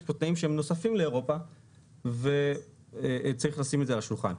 יש כאן תנאים שהם נוספים לאירופה וצריך לשים את זה על השולחן.